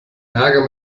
ärger